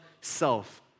self